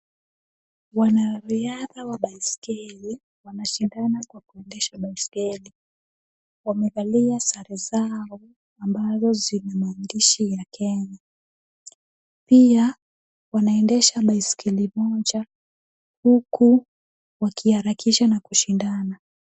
Wanariadha wa baiskeli, wanashikana kwa kuendesha baiskeli. Wamevalia sare zao ambazo zina maandishi ya Kenya. Pia wanaendesha baiskeli moja huku wakiharakisha na kushindana.